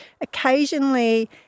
occasionally